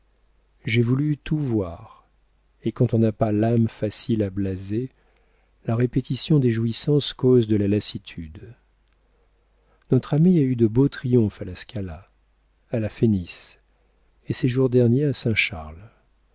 j'ai voulu tout voir et quand on n'a pas l'âme facile à blaser la répétition des jouissances cause de la lassitude notre ami a eu de beaux triomphes à la scala à la fenice et ces jours derniers